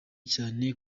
cyane